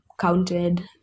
counted